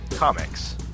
Comics